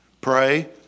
pray